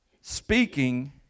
speaking